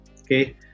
okay